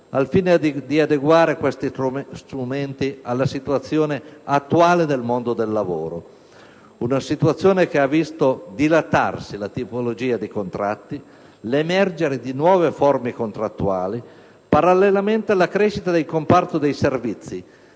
al fine di adeguare questi strumenti alla situazione attuale del mondo del lavoro. È una situazione che ha visto dilatarsi la tipologia dei contratti e l'emergere di nuove forme contrattuali, parallelamente alla crescita del comparto dei servizi,